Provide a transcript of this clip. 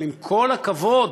אבל עם כל הכבוד,